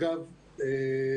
בבקשה.